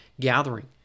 gathering